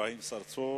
אברהים צרצור.